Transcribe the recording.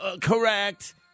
correct